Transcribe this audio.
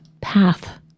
path